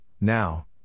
now